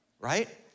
Right